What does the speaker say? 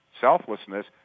selflessness